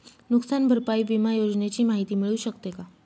नुकसान भरपाई विमा योजनेची माहिती मिळू शकते का?